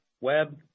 web